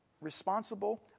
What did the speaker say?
responsible